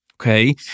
Okay